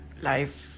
life